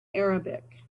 arabic